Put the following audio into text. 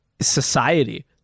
society